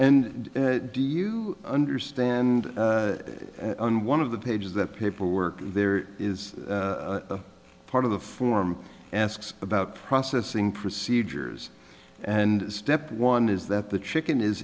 and do you understand and one of the pages that paperwork there is part of the form asks about processing procedures and step one is that the chicken is